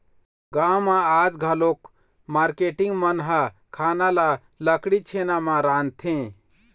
गाँव म आज घलोक मारकेटिंग मन ह खाना ल लकड़ी, छेना म रांधथे